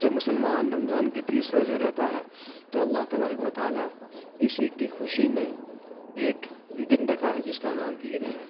جب مسلمان رمضان کے تیس روجے رہتا ہے تو اللہ تبارک و تعالیٰ اسی کی خوشی میں ایک دن رکھا ہے جس کا نام عید ہے